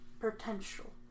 potential